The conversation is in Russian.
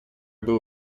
был